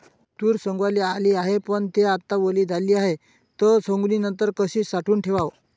तूर सवंगाले आली हाये, पन थे आता वली झाली हाये, त सवंगनीनंतर कशी साठवून ठेवाव?